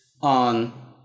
on